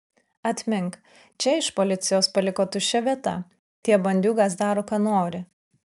atmink čia iš policijos paliko tuščia vieta tie bandiūgos daro ką nori